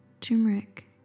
turmeric